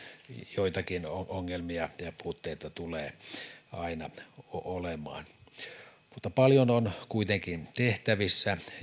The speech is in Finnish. joitakin ongelmia ja ja puutteita tulee aina olemaan mutta paljon on kuitenkin tehtävissä